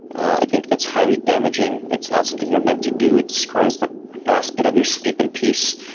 i think that's highly damaging. it's not something you're meant to do. it destroys the last bit of your sleep in peace.